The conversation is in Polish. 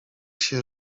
się